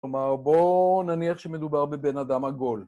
‫כלומר, בואו נניח שמדובר ‫בבן אדם עגול.